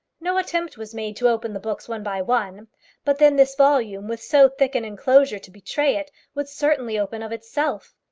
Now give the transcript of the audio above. no attempt was made to open the books one by one but then this volume, with so thick an enclosure to betray it, would certainly open of itself.